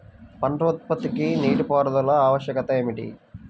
పంట ఉత్పత్తికి నీటిపారుదల ఆవశ్యకత ఏమిటీ?